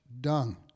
dung